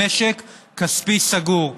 במשק כספי סגור.